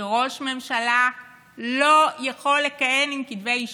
שראש ממשלה לא יכול לכהן עם כתבי אישום,